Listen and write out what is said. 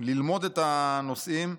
ללמוד את הנושאים,